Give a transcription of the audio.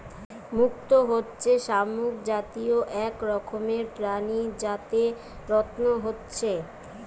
মুক্ত হচ্ছে শামুক জাতীয় এক রকমের প্রাণী যাতে রত্ন হচ্ছে